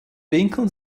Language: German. winkel